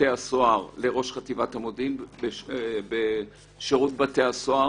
בתי הסוהר, לראש חטיבת המודיעין בשירות בתי הסוהר